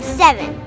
seven